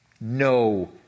no